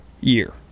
year